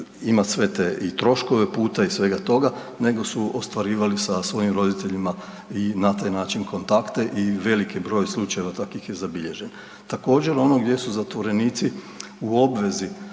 imati sve te i troškove puta i svega toga, nego su ostvarivali sa svojim roditeljima i na taj način kontakte i veliki broj slučajeva takvih je zabilježen. Također ono gdje su zatvorenici u obvezi